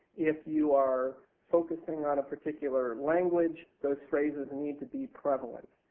if you are focusing on a particular language, those phrases need to be prevalent.